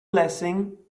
blessing